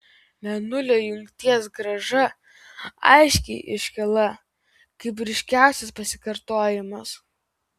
mėnulio jungties grąža aiškiai iškyla kaip ryškiausias pasikartojimas